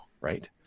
right